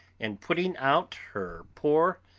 and putting out her poor,